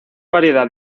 variedad